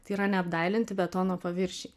tai yra neapdailinti betono paviršiai